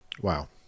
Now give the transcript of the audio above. Wow